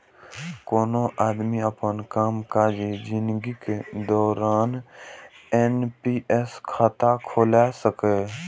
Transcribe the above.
कोनो आदमी अपन कामकाजी जिनगीक दौरान एन.पी.एस खाता खोला सकैए